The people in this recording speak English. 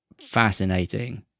Fascinating